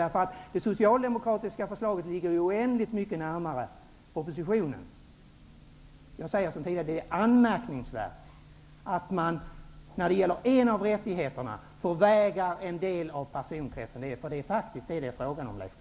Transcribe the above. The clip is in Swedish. Det socialdemokratiska förslaget ligger oändligt mycket närmare propositionen. Det är anmärkningsvärt att man när det gäller en av rättigheterna förvägrar en del av personkretsen denna. Det är faktiskt vad det är fråga om, Leif